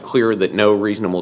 clear that no reasonable